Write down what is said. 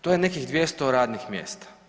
To je nekih 200 radnih mjesta.